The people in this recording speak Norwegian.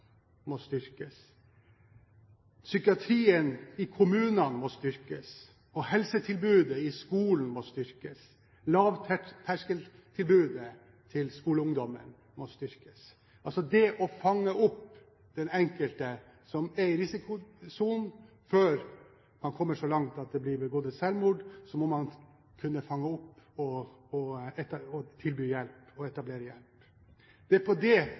må styrkes. Psykiatrien i kommunene må styrkes, helsetilbudet i skolen må styrkes og lavterskeltilbudet til skoleungdommen må styrkes. Altså: Man må fange opp den enkelte som er i risikosonen. Før man kommer så langt at det blir begått et selvmord, må man kunne fange opp den enkelte og tilby og etablere hjelp. Det er på det